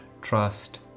trust